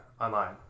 online